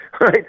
right